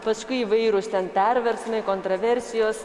paskui įvairūs ten perversmai kontraversijos